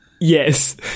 Yes